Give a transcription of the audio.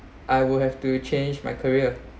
I will have to change my career